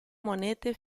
monete